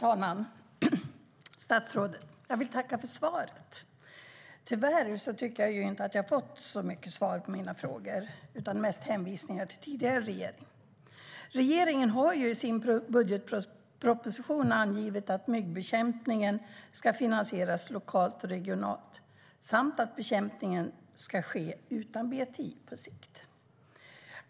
Herr talman! Jag tackar statsrådet för svaret. Tyvärr har jag inte fått så mycket svar på mina frågor utan mest hänvisningar till tidigare regering. Regeringen har i sin budgetproposition angivit att myggbekämpningen ska finansieras lokalt och regionalt samt att bekämpningen på sikt ska ske utan BTI.